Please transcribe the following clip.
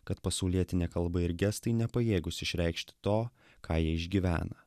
kad pasaulietinė kalba ir gestai nepajėgūs išreikšti to ką jie išgyvena